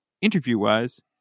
interview-wise